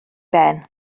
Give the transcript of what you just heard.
ben